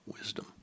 wisdom